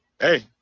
hey